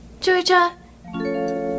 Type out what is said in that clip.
Georgia